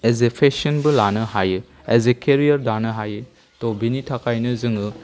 S A पेसनबो लानो हायो एस ए केरियार दानो हायो ड' बिनि थाखायनो जोङो